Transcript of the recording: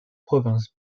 province